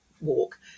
walk